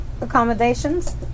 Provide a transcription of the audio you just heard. Accommodations